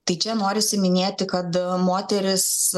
tai čia norisi minėti kad moterys